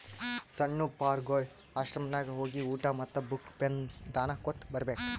ಸಣ್ಣು ಪಾರ್ಗೊಳ್ ಆಶ್ರಮನಾಗ್ ಹೋಗಿ ಊಟಾ ಮತ್ತ ಬುಕ್, ಪೆನ್ ದಾನಾ ಕೊಟ್ಟ್ ಬರ್ಬೇಕ್